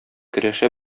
көрәшә